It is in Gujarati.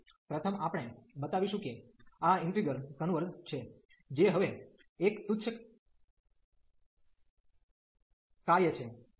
તેથી પ્રથમ આપણે બતાવીશું કે આ ઈન્ટિગ્રલ કન્વર્ઝ છે જે હવે એક તુચ્છ કાર્ય છે